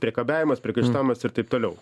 priekabiavimas priekaištavimas ir taip toliau